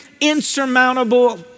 insurmountable